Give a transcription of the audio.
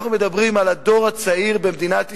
אנחנו מדברים על הדור הצעיר במדינת ישראל,